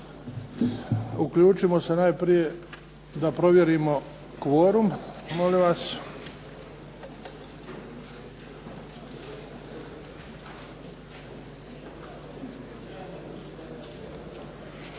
Uključimo se najprije da provjerimo kvorum, molim vas.